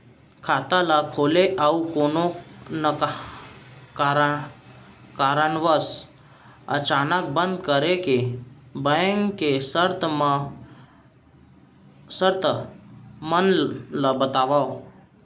खाता ला खोले अऊ कोनो कारनवश अचानक बंद करे के, बैंक के शर्त मन ला बतावव